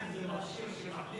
מַחלֵף זה מכשיר שמחליף